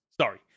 Sorry